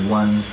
one